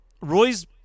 Roy's